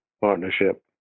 partnership